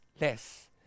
less